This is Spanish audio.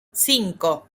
cinco